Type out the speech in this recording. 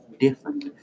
different